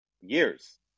years